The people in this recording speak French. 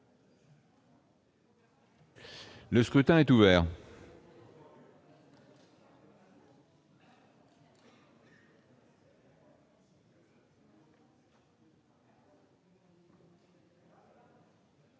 Le scrutin est ouvert.